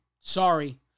Sorry